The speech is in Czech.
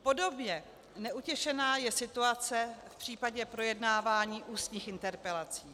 Podobně neutěšená je situace v případě projednávání ústních interpelací.